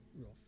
real